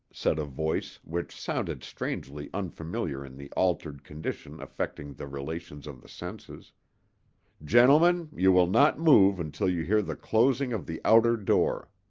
said a voice which sounded strangely unfamiliar in the altered condition affecting the relations of the senses gentlemen, you will not move until you hear the closing of the outer door.